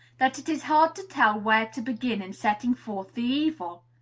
that it is hard to tell where to begin in setting forth the evil.